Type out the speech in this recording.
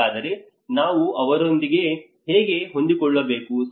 ಹಾಗಾದರೆ ನಾವು ಅದರೊಂದಿಗೆ ಹೇಗೆ ಹೊಂದಿಕೊಳ್ಳಬೇಕು